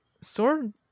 sword